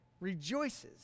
rejoices